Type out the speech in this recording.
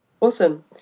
Awesome